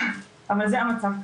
אבל זה המצב כרגע.